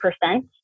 percent